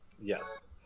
Yes